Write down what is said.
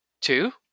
Two